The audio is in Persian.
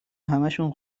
همهشون